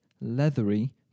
leathery